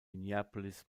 minneapolis